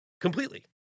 Completely